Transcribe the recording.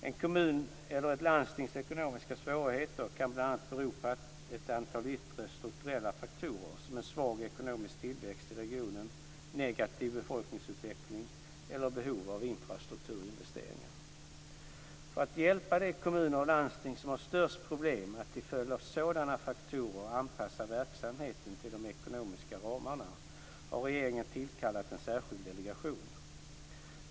En kommuns eller ett landstings ekonomiska svårigheter kan bl.a. bero på ett antal olika yttre strukturella faktorer, som en svag ekonomisk tillväxt i regionen, negativ befolkningsutveckling eller behov av infrastrukturinvesteringar. För att hjälpa de kommuner och landsting som har störst problem att till följd av sådana faktorer anpassa verksamheten till de ekonomiska ramarna har regeringen tillkallat en särskild delegation.